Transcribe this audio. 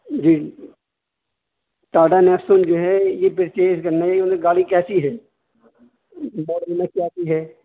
جی Tata Nexon جو ہے یہ پرچیز کرنا ہے یہ مطلب کیسی گاڑی ہے ہے